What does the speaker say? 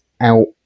out